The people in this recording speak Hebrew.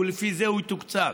ולפי זה הוא יתוקצב.